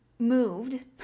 Moved